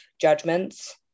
judgments